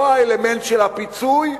לא האלמנט של הפיצוי,